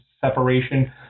separation